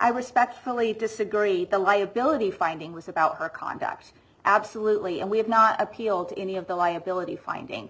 i respectfully disagree the liability finding was about her conduct absolutely and we have not appeal to any of the liability finding